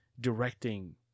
directing